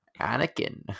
Anakin